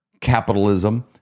capitalism